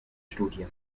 studie